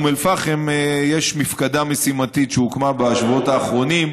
באום אל-פחם יש מפקדה משימתית שהוקמה בשבועות האחרונים,